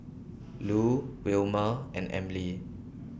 Lu Wilmer and Emely